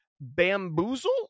Bamboozle